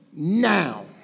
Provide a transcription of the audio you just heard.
Now